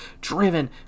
driven